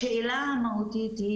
השאלה המהותית היא